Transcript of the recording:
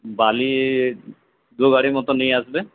বালি দু গাড়ি মতো নিয়ে আসবে